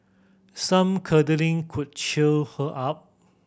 some cuddling could cheer her up